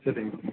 சரிங்க